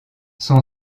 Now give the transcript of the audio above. son